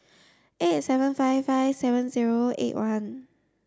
eight seven five five seven zero eight one